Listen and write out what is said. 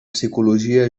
psicologia